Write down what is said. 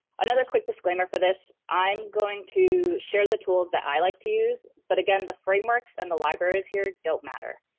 another quick disclaimer for this i'm going to share the tools that i like to use, but, again, the frameworks and the libraries here don't matter.